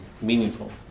meaningful